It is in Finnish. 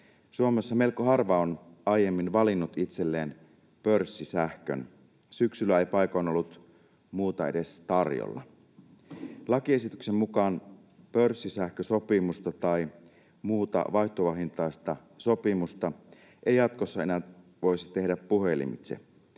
Suomessa melko harva on aiemmin valinnut itselleen pörssisähkön. Syksyllä ei paikoin ollut muuta edes tarjolla. Lakiesityksen mukaan pörssisähkösopimusta tai muuta vaihtuvahintaista sopimusta ei jatkossa enää voisi tehdä puhelimitse.